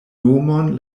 nomon